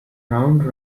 round